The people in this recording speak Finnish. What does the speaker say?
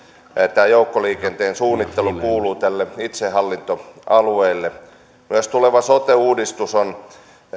tämä joukkoliikenteen suunnittelu kuulua tälle itsehallintoalueelle myös tuleva sote uudistus on